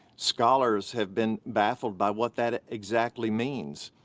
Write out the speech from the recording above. scholars have been baffled by what that exactly means.